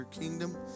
Kingdom